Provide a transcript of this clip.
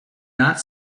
not